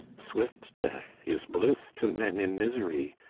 swift death is bliss to men in misery.